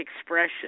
expression